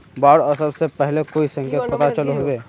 बाढ़ ओसबा से पहले कोई संकेत पता चलो होबे?